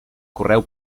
correu